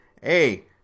hey